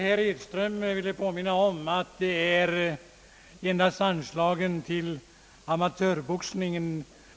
Herr talman!